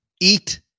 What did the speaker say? eat